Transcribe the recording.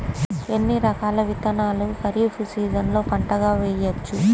ఎన్ని రకాల విత్తనాలను ఖరీఫ్ సీజన్లో పంటగా వేయచ్చు?